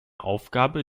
aufgabe